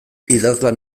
idazlan